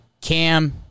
Cam